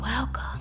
welcome